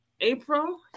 April